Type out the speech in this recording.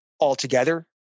altogether